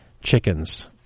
chickens